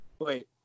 Wait